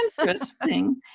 interesting